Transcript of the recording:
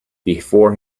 before